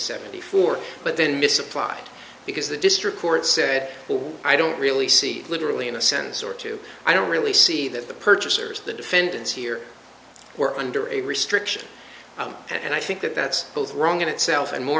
seventy four but then misapplied because the district court said i don't really see literally in a sentence or two i don't really see that the purchasers of the defendants here were under a restriction and i think that that's both wrong in itself and more